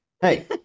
Hey